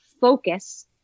focus